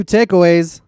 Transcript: Takeaways